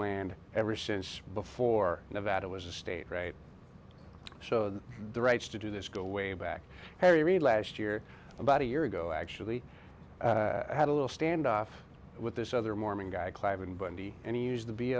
land ever since before nevada was a state right so the rights to do this go way back harry reid last year about a year ago actually had a little standoff with this other mormon guy clive and bundy and he used to be